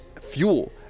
fuel